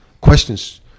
questions